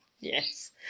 Yes